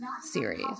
series